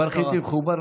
כפר חיטים חובר.